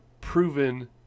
proven